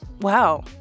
Wow